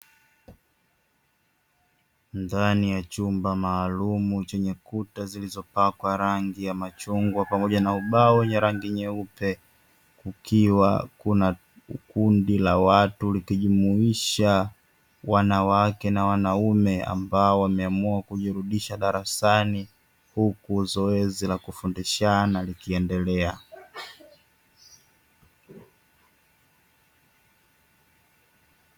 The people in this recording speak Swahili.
Ndani ya chumba maalumu chenye kuta zilizopakwa rangi ya machungwa pamoja na ubao wenye rangi nyeupe, kukiwa kuna kundi la watu likijumuisha wanawake na wanaume; ambao wameamua kujirudisha darasani huku zoezi la kufundishana likiendelea.